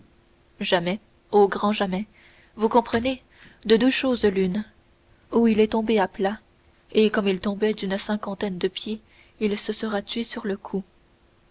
jamais au grand jamais vous comprenez de deux choses l'une ou il est tombé à plat et comme il tombait d'une cinquantaine de pieds il se sera tué sur le coup